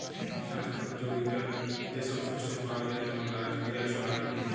স্বাস্থ্যপ যগীতা যে সব শস্য পাওয়া যায় যেমল রাজগীরা, ছলা ইত্যাদি